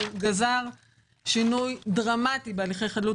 הוא גזר שינוי דרמטי בהליכי חדלות